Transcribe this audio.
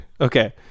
Okay